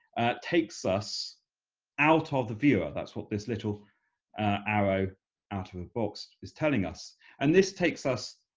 takes us out of the viewer. that's what this little arrow out of a box is telling us and this takes us